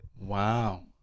wow